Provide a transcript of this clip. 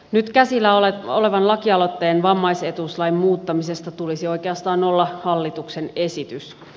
nyt käsillä olevan lakialoitteen vammaisetuuslain muuttamisesta tulisi oikeastaan olla hallituksen esitys